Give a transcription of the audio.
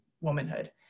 womanhood